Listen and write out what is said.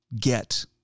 get